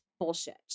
bullshit